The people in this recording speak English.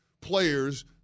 players